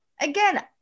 again